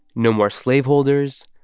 no more slaveholders,